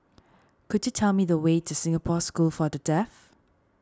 could you tell me the way to Singapore School for the Deaf